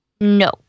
No